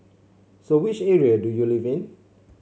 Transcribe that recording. so which area do you live in